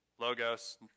Logos